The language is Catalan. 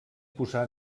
posar